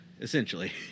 essentially